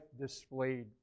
displayed